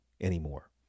anymore